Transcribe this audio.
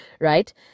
right